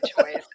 choice